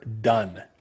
done